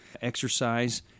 Exercise